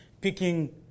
picking